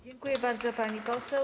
Dziękuję bardzo, pani poseł.